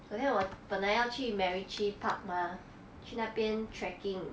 昨天我本来要去 macritchie park mah 去那边 trekking